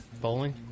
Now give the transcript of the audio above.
bowling